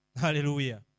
Hallelujah